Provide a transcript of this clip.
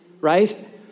Right